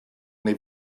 neu